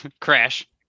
crash